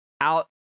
out